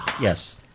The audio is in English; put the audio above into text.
Yes